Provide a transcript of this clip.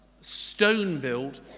stone-built